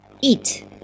Eat